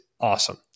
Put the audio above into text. awesome